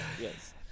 yes